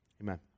Amen